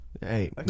Hey